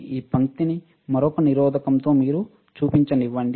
ఈ పంక్తిని మరొక నిరోధకముతో మీకు చూపించనివ్వండి